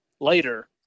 later